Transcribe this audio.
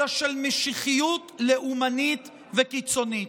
אלא של משיחיות לאומנית וקיצונית.